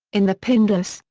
in the pindus,